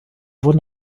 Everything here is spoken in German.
wurden